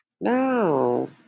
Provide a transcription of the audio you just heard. No